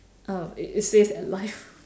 oh it it says at life